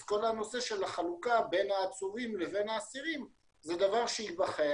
אז כל הנושא של החלוקה בין העצורים לבין האסירים זה דבר שייבחן.